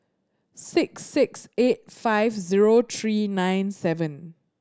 six six eight five zero three nine seven